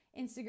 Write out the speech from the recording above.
Instagram